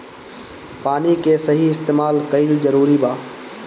पानी के सही इस्तेमाल कइल जरूरी बा